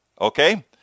okay